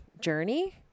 journey